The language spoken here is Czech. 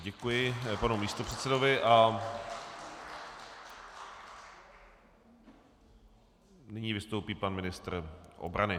Děkuji panu místopředsedovi a nyní vystoupí pan ministr obrany.